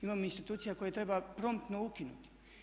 Imamo institucija koje treba promptno ukinuti.